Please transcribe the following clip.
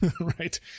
Right